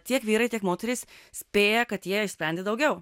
tiek vyrai tiek moterys spėja kad jie išsprendė daugiau